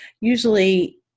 usually